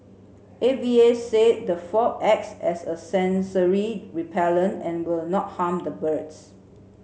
A V A said the fog acts as a sensory repellent and will not harm the birds